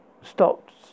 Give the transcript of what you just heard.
stopped